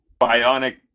bionic